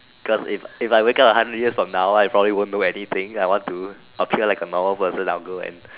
cause if if I wake up from a hundred years from now I probably won't know anything I want to appear like a normal person I'll go and